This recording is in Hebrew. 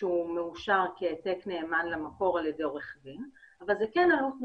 שהוא מאושר כהעתק נאמן למקור על ידי עורך דין אבל זאת כן עלות נוספת.